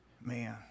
man